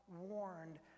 warned